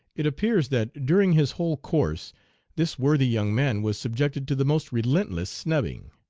it appears that during his whole course this worthy young man was subjected to the most relentless snubbing.